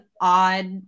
odd